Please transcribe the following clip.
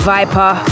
Viper